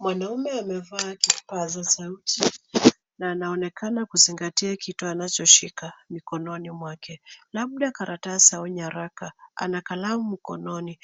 Mwanaume amevaa kipaza sauti na anaonekana kuzingatia kitu anachoshika mikononi mwake. Labda karatasi au nyaraka. Ana kalamu mkononi,